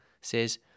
says